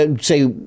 say